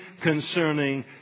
concerning